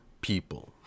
people